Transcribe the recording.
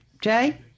Jay